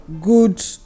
good